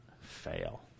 fail